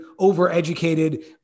overeducated